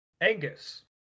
Angus